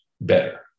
better